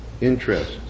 Interest